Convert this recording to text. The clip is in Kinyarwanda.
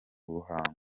ruhango